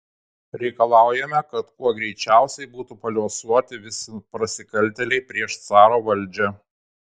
reikalaujame kad kuo greičiausiai būtų paliuosuoti visi prasikaltėliai prieš caro valdžią